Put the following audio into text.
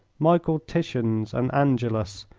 michael titiens, and angelus,